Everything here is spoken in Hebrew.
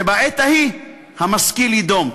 שבעת ההיא המשכיל יידום.